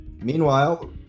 Meanwhile